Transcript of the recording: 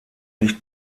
nicht